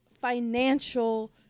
financial